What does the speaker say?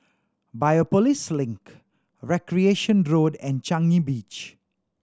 Biopolis Link Recreation Road and Changi Beach